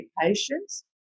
patients